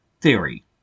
theory